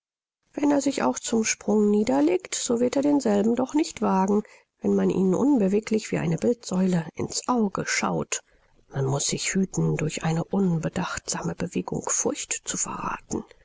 wenn er sich auch zum sprung niederlegt so wird er denselben doch nicht wagen wenn man ihn unbeweglich wie eine bildsäule in's auge schaut man muß sich hüten durch eine unbedachtsame bewegung furcht zu verrathen